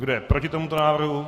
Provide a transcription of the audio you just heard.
Kdo je proti tomuto návrhu?